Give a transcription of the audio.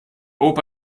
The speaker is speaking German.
opa